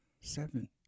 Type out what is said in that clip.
Seven